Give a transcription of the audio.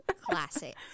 Classic